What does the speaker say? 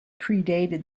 predated